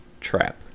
trap